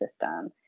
system